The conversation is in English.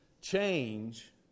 Change